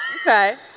Okay